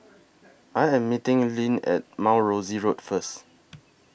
I Am meeting Lynne At Mount Rosie Road First